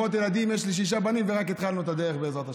יש לי שישה בנים, ורק התחלנו את הדרך, בעזרת השם.